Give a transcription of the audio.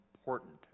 important